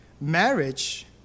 Marriage